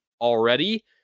already